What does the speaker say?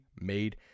made